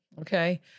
Okay